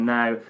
now